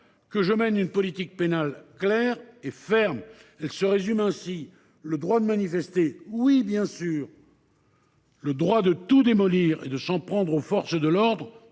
que je mène une politique pénale claire et ferme. Elle se résume ainsi : le droit de manifester, oui, bien sûr ; le droit de tout démolir et de s’en prendre aux forces de l’ordre,